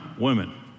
women